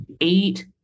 eight